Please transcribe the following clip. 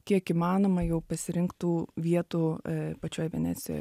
kiek įmanoma jau pasirinkt tų vietų pačioj venecijoje